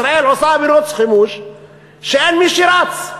ישראל עושה מירוץ חימוש כשאין מי שרץ,